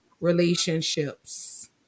relationships